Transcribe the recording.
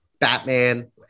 batman